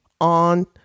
on